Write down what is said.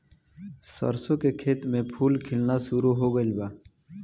सरसों के खेत में फूल खिलना शुरू हो गइल बा